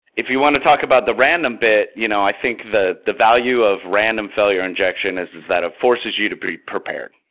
if you want to talk about the random bit, you know i think the the value of random failure injection is is that it forces you to be prepared.